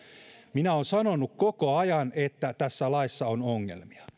minä olen sanonut koko ajan että tässä laissa on ongelmia